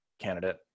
candidate